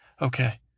Okay